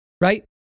right